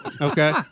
Okay